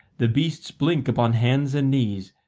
the beasts blink upon hands and knees,